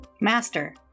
Master